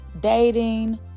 dating